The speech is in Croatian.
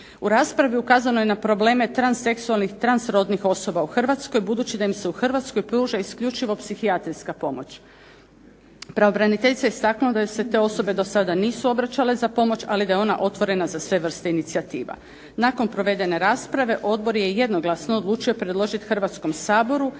U raspravi ukazano je na probleme transseksualnih transrodnih osoba u Hrvatskoj, budući da im se u Hrvatskoj pruža isključivo psihijatrijska pomoć. Pravobraniteljica je istaknula da joj se te osobe do sada nisu obraćale za pomoć, ali da je ona otvorena za sve vrste inicijativa. Nakon provedene rasprave odbor je jednoglasno odlučio predložiti Hrvatskom saboru